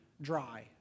dry